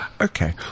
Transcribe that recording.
Okay